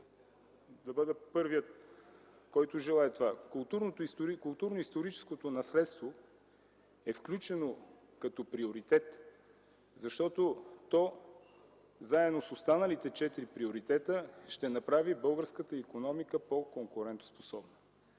Културно-историческото наследство е включено като приоритет, защото то, заедно с останалите четири приоритета, ще направи българската икономика по-конкурентоспособна.